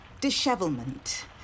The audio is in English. dishevelment